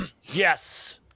Yes